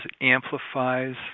amplifies